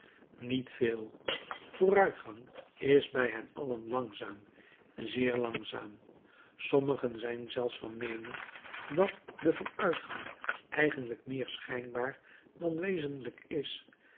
niet veel vooruitgang is bij hen allen langzaam zeer langzaam sommigen zijn zelfs van meening dat de vooruitgang eigenlijk meer schijnbaar dan wezenlijk is